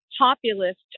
populist